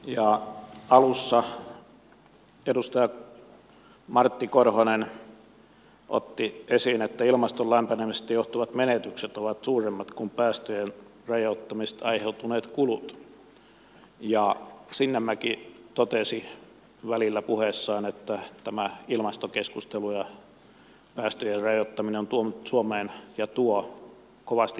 alussa edustaja martti korhonen otti esiin että ilmaston lämpenemisestä johtuvat menetykset ovat suuremmat kuin päästöjen rajoittamisesta aiheutuneet kulut ja sinnemäki totesi välillä puheessaan että tämä ilmastokeskustelu ja päästöjen rajoittaminen on tuonut suomeen ja tuo kovasti lisää työpaikkoja